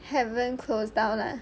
haven closed down ah